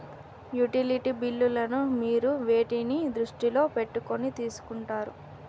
Utility బిల్లులను మీరు వేటిని దృష్టిలో పెట్టుకొని తీసుకుంటారు?